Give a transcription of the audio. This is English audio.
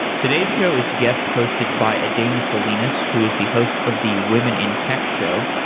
today's show is guest hosted by edaena salinas who is the host of the women in tech show.